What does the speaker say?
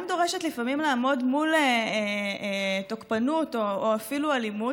גם דורשת לפעמים לעמוד מול תוקפנות או אפילו אלימות,